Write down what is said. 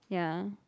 ya